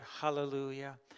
Hallelujah